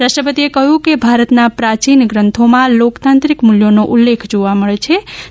રાષ્ટ્રપતિએ કહ્યુ કે ભારતના પ્રાચીન ગ્રંથોમાં લોકતાંત્રિક મૂલ્યોનો ઉલ્લેખ જોવા મળેછે